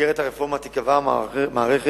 במסגרת הרפורמה תיקבע מערכת